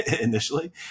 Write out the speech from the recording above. initially